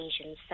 Asian